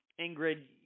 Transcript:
ingrid